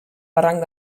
barranc